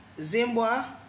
Zimbabwe